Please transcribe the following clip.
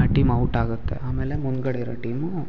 ಆ team out ಆಗುತ್ತೆ ಆಮೇಲೆ ಮುಂದುಗಡೆ ಇರೋ ಟೀಮು